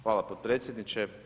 Hvala potpredsjedniče.